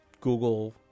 google